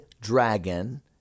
dragon